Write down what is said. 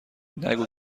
نگو